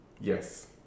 Yes